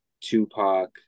Tupac